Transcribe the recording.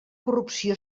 corrupció